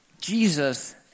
Jesus